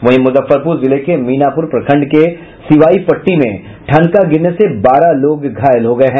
वहीं मुजफ्फरपुर जिले के मीनापुर प्रखंड के सिवाई पट्टी में ठनका गिरने से बारह लोग घायल हो गये हैं